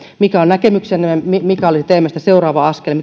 mikä on näkemyksenne mikä olisi teidän mielestänne seuraava askel